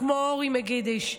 כמו אורי מגידיש.